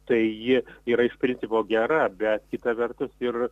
tai ji yra iš principo gera bet kita vertus ir